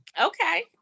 okay